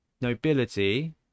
nobility